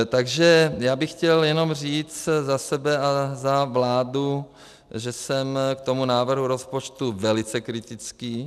Takže já bych chtěl jenom říct za sebe a za vládu, že jsem k tomu návrhu rozpočtu velice kritický.